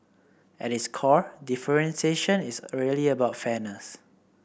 at its core differentiation is a really about fairness